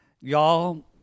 y'all